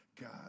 God